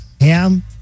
Ham